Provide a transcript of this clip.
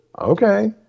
Okay